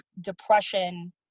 depression